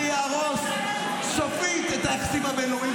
זה יהרוס סופית את היחסים הבין-לאומיים